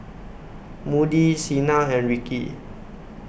Moody Cena and Rikki